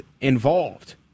involved